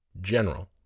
General